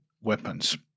weapons